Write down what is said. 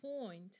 point